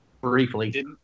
Briefly